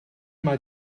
mae